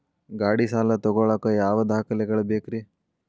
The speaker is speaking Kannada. ಗಾಡಿ ಸಾಲ ತಗೋಳಾಕ ಯಾವ ದಾಖಲೆಗಳ ಬೇಕ್ರಿ?